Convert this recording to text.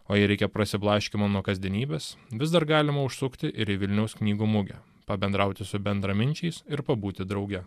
o jei reikia prasiblaškymo nuo kasdienybės vis dar galima užsukti ir į vilniaus knygų mugę pabendrauti su bendraminčiais ir pabūti drauge